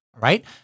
right